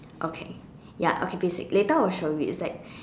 okay ya okay basically later I will show you it's like